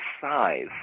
size